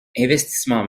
investissements